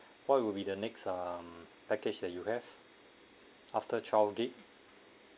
what would be the next um package that you have after twelve gig~